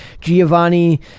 Giovanni